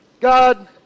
God